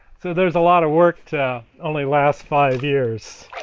so there's a lot of work to only last five years.